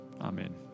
Amen